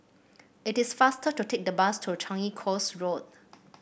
it is faster to take the bus to Changi Coast Road